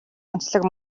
онцлог